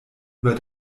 über